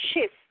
shift